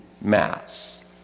mass